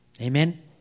Amen